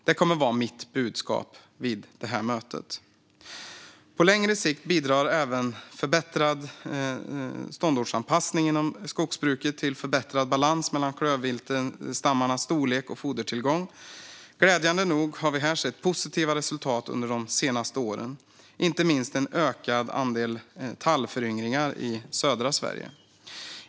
Det kommer att vara mitt budskap vid mötet. På längre sikt bidrar även förbättrad ståndortsanpassning inom skogsbruket till förbättrad balans mellan klövviltstammarnas storlek och fodertillgång. Glädjande nog har vi här sett positiva resultat under de senaste åren, inte minst en ökad andel tallföryngringar i södra Sverige.